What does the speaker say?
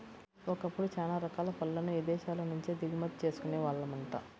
ఒకప్పుడు చానా రకాల పళ్ళను ఇదేశాల నుంచే దిగుమతి చేసుకునే వాళ్ళమంట